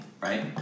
right